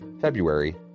February